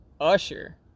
Usher